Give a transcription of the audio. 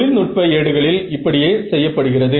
தொழில்நுட்ப ஏடுகளில் இப்படியே செய்ய படுகிறது